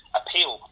appeal